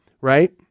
right